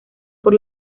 por